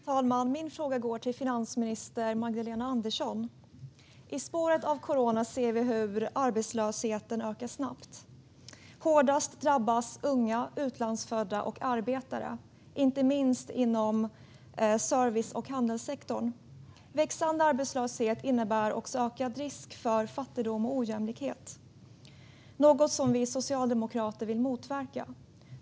Fru talman! Min fråga går till finansminister Magdalena Andersson. I spåren av corona ökar arbetslösheten snabbt. Hårdast drabbas unga, utlandsfödda och arbetare, inte minst inom service och handelssektorn. Växande arbetslöshet innebär också ökad risk för fattigdom och ojämlikhet, något som vi socialdemokrater vill motverka.